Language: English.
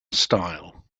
style